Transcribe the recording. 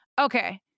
okay